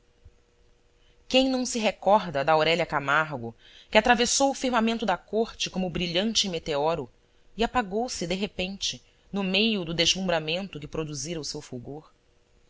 quem não se recorda da aurélia camargo que atravessou o firmamento da corte como brilhante meteoro e apagou-se de repente no meio do deslumbramento que produzira o seu